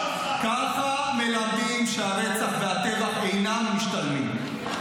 ככה מלמדים שהרצח והטבח אינם משתלמים.